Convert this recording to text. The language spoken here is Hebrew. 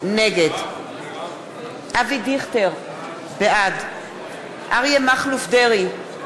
נגד אבי דיכטר, בעד אריה מכלוף דרעי,